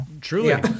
Truly